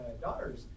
daughters